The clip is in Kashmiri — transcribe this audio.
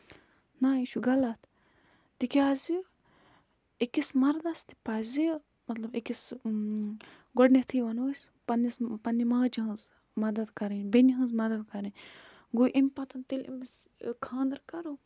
نہ یہِ چھُ غلط تِکیازِ أکِس مردَس تہِ پَزِ مطلب أکِس گۄڈٕنیتھٕے وَنو أسۍ پَنٕنِس پَنٕنہِ ماجہِ ہٕنز مدد کَرٕنۍ بیٚنہِ ہٕنز مَدتھ کَرٕنۍ گوٚو اَمہِ پَتن تیٚلہِ أمِس خاندر کَرو